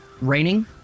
raining